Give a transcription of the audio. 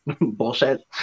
bullshit